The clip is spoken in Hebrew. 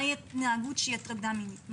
מהי התנהגות של הטרדה מינית,